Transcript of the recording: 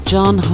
John